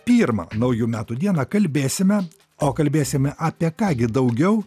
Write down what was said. pirmą naujų metų dieną kalbėsime o kalbėsime apie ką gi daugiau